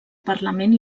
parlament